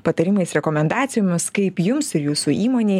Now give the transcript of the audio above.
patarimais rekomendacijomis kaip jums ir jūsų įmonei